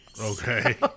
Okay